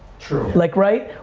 true. like right?